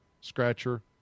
Scratcher